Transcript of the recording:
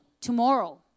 tomorrow